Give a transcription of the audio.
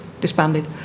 disbanded